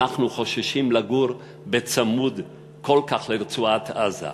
אנחנו חוששים לגור צמוד כל כך לרצועת-עזה,